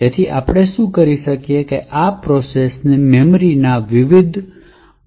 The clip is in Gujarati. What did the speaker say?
તેથી આપણે શું કરીએ છીએ આપણે આ પ્રક્રિયા મેમરીના વિવિધ પાથો શોધવાનો પ્રયાસ કરીએ છીએ